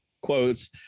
quotes